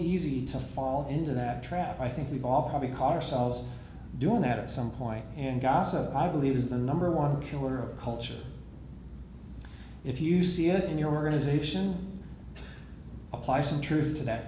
easy to fall into that trap i think we've all probably caught selves doing that at some point and gossip i believe is the number one killer of culture if you see it in your organization apply some truth to that